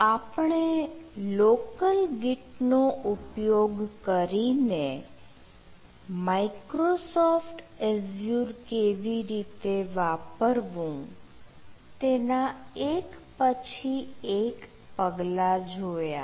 તો આપણે local git નો ઉપયોગ કરીને માઈક્રોસોફ્ટ એઝ્યુર કેવી રીતે વાપરવું તેના એક પછી એક પગલા જોયા